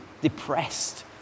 depressed